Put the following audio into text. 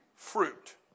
Fruit